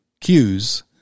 cues